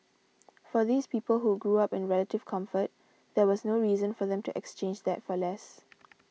for these people who grew up in relative comfort there was no reason for them to exchange that for less